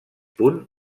punt